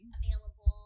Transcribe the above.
available